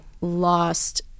lost